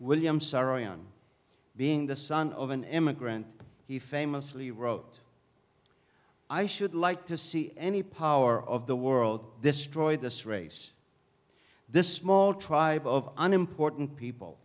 saroyan being the son of an immigrant he famously wrote i should like to see any power of the world destroy this race this small tribe of unimportant people